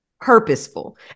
purposeful